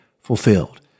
fulfilled